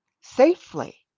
safely